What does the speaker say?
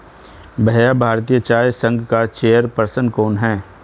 भैया भारतीय चाय संघ का चेयर पर्सन कौन है?